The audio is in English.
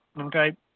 Okay